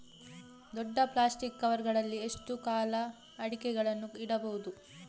ದೊಡ್ಡ plastic cover ಗಳಲ್ಲಿ ಎಷ್ಟು ಕಾಲ ಅಡಿಕೆಗಳನ್ನು ಇಡಬಹುದು?